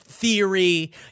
theory